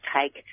take